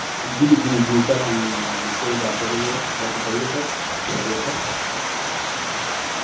جی جی جی سر ہم ہم سے ہی بات ہو رہی ہے اور بتائیے سر خیریت ہے